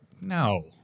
no